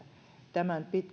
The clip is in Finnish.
tämän